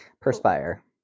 Perspire